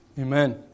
Amen